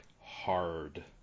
hard